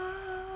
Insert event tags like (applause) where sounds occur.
(breath)